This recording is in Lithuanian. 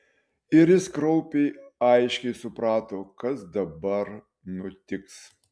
ir jis kraupiai aiškiai suprato kas dabar nutiks